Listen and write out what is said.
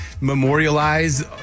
memorialize